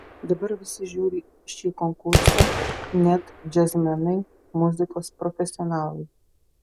dabar visi žiūri šį konkursą net džiazmenai muzikos profesionalai